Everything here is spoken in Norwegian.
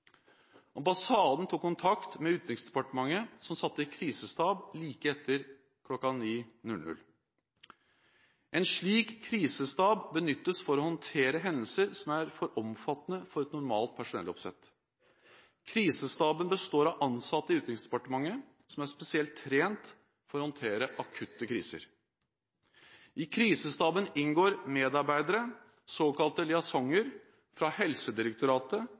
Ambassaden tok kontakt med Utenriksdepartementet som satte krisestab like etter kl. 09.00. En slik krisestab benyttes for å håndtere hendelser som er for omfattende for et normalt personelloppsett. Krisestaben består av ansatte i Utenriksdepartementet som er spesielt trent for å håndtere akutte kriser. I krisestaben inngår medarbeidere, såkalte liaisoner, fra Helsedirektoratet,